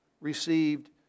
received